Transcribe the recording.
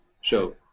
show